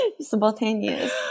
spontaneous